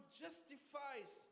justifies